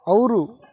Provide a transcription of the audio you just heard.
ಅವರು